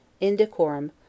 indecorum